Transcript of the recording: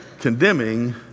condemning